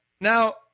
now